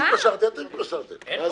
הצבעה בעד, פה אחד נגד, אין